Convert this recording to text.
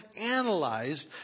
analyzed